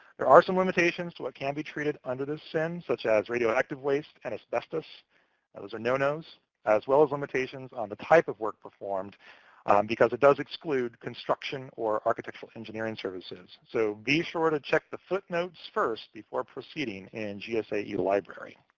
there are some limitations to what can be treated under this sin, such as radioactive waste and asbestos those are no no's as well as limitations on the type of work performed because it does exclude construction or architectural engineering services. so be sure to check the footnotes first before proceeding in gsae library.